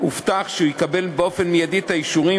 הובטח שהוא יקבל באופן מיידי את האישורים,